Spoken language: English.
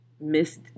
missed